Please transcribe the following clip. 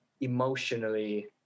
emotionally